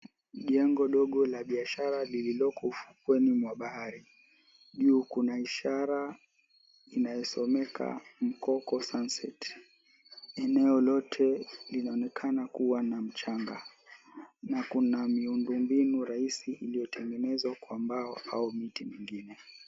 Jengo dogo la biashara lililoko ufukweni mwa bahari, juu kuna ishara inayosomeka mkoko sunset, eneo lote linaonekana kuwa na mchanga na kuna miundu mbinu raisi iliyotengenezwa kwa mbao au miti mingine .